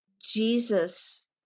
jesus